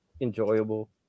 enjoyable